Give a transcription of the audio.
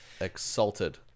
Exalted